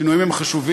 שינויים הם חשובים,